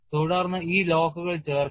തുടർന്ന് ഈ ലോക്കുകൾ ചേർക്കുക